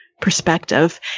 perspective